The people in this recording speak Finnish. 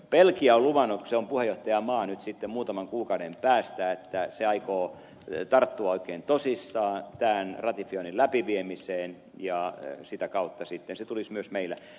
belgia on luvannut kun se on puheenjohtajamaa nyt sitten muutaman kuukauden päästä että se aikoo tarttua oikein tosissaan tämän ratifioinnin läpiviemiseen ja sitä kautta sitten se tulisi myös meille